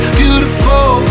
beautiful